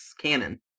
canon